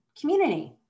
community